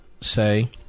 say